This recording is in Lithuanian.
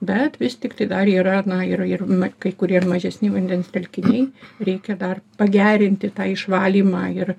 bet vis tiktai dar yra na ir ir kai kurie mažesni vandens telkiniai reikia dar pagerinti tą išvalymą ir